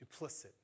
duplicit